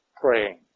praying